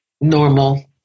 normal